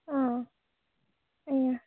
ହଁ ହଁ